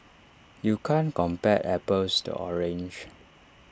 you can't compare apples to oranges